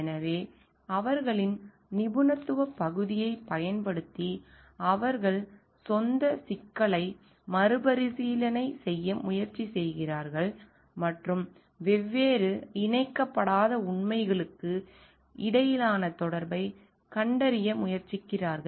எனவே அவர்களின் நிபுணத்துவப் பகுதியைப் பயன்படுத்தி அவர்கள் சொந்த வழியில் எதையாவது அர்த்தப்படுத்த முயற்சிக்கிறார்கள் மேலும் சிக்கலை மறுபரிசீலனை செய்ய முயற்சி செய்கிறார்கள் மற்றும் வெவ்வேறு இணைக்கப்படாத உண்மைகளுக்கு இடையிலான தொடர்பைக் கண்டறிய முயற்சிக்கிறார்கள்